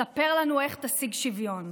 ספר לנו איך תשיג שוויון.